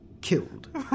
killed